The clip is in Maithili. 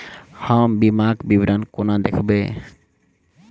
हम बीमाक विवरण कोना देखबै?